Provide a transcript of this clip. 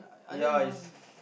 yep is